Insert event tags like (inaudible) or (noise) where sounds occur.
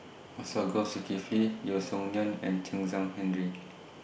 Masagos Zulkifli Yeo Song Nian and Chen Zhan Henri (noise)